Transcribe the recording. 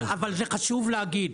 אבל זה חשוב להגיד,